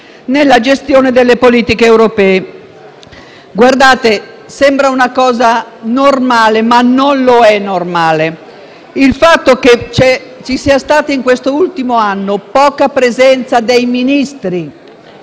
nella gestione delle politiche europee. Sembra normale, ma non è normale il fatto che ci sia stata in quest'ultimo anno poca presenza dei nostri